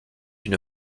une